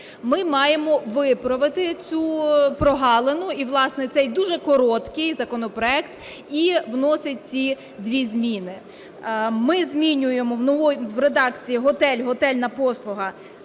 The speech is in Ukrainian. Ми маємо виправити цю прогалину, і, власне, цей дуже короткий законопроект і вносить ці дві зміни. Ми змінюємо в редакції "готель", "готельна послуга"